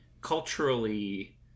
culturally